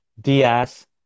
Diaz